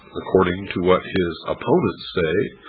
according to what his opponents say,